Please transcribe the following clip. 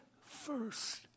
first